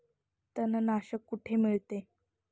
तणनाशक कुठे मिळते?